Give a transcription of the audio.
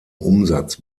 umsatz